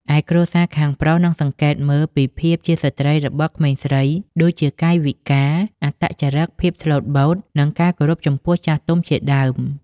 ឯគ្រួសារខាងប្រុស នឹងសង្កេតមើលពីភាពជាស្ត្រីរបស់ក្មេងស្រី ដូចជាកាយវិការ អត្តចរឹក ភាពស្លូតបូត និងការគោរពចំពោះចាស់ទុំជាដើម។